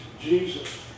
Jesus